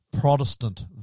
Protestant